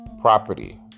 property